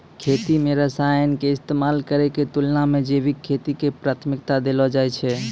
खेती मे रसायन के इस्तेमाल करै के तुलना मे जैविक खेती के प्राथमिकता देलो जाय छै